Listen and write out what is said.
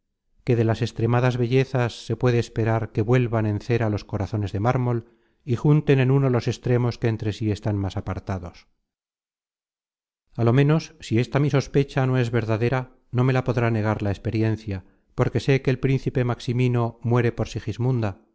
que de las extremadas bellezas se puede esperar que vuelvan en cera los corazones de mármol y junten en uno los extremos que entre sí están más apartados a lo ménos si esta mi sospecha no es verdadera no me la podrá negar la experiencia porque sé que el principe maximino muere por